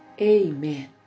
Amen